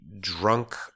Drunk